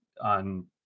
on